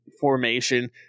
formation